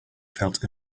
felt